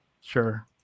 sure